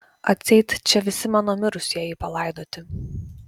atseit čia visi mano mirusieji palaidoti